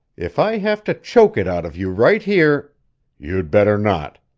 if i have to choke it out of you right here you'd better not.